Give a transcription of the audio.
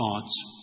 thoughts